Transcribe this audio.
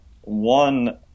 one